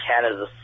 Canada